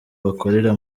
bakorera